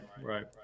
right